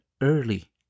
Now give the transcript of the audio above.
early